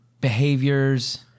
behaviors